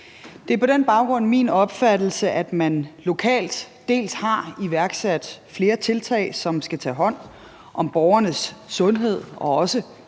Det er på den baggrund min opfattelse, at man lokalt dels har iværksat flere tiltag, som skal tage hånd om borgernes sundhed og også